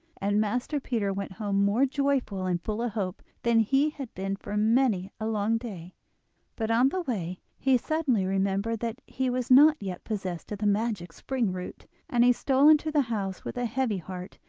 and master peter went home more joyful and full of hope than he had been for many a long day but on the way he suddenly remembered that he was not yet possessed of the magic spring-root, and he stole into the house with a heavy heart,